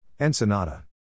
Ensenada